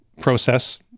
process